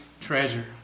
treasure